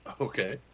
Okay